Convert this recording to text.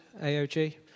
AOG